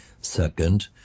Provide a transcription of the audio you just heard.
Second